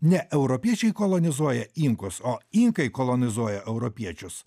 ne europiečiai kolonizuoja inkus o inkai kolonizuoja europiečius